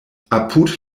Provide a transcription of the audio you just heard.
apud